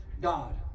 God